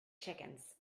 chickens